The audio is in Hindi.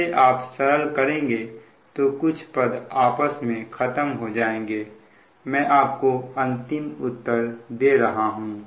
इसे आप सरल करेंगे तो कुछ पद आपस में खत्म हो जाएंगे मैं आपको अंतिम उत्तर दे रहा हूं